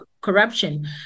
corruption